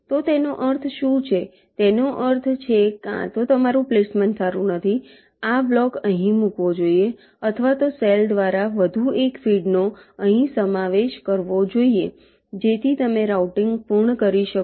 તો તેનો અર્થ શું છે તેનો અર્થ એ છે કે કાં તો તમારું પ્લેસમેન્ટ સારું નથી આ બ્લોક અહીં મૂકવો જોઈએ અથવા તો સેલ દ્વારા વધુ એક ફીડનો અહીં સમાવેશ કરવો જોઈએ જેથી તમે રાઉટીંગ પૂર્ણ કરી શકો